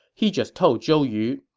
he just told zhou yu,